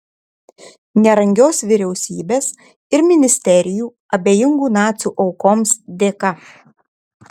nerangios vyriausybės ir ministerijų abejingų nacių aukoms dėka